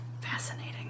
fascinating